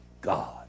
God